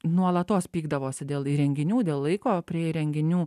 nuolatos pykdavosi dėl įrenginių dėl laiko prie įrenginių